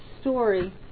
story